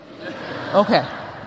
Okay